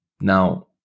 Now